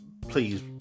please